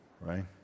right